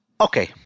Okay